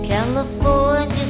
California